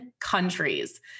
countries